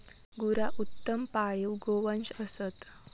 गुरा उत्तम पाळीव गोवंश असत